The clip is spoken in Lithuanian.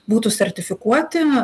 būtų sertifikuoti